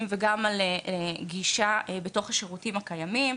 וגם על גישה בתוך השירותים הקיימים.